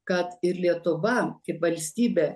kad ir lietuva kaip valstybė